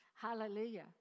Hallelujah